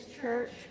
church